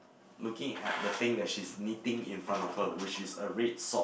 looking at the thing that she's knitting in front of her which is a red sock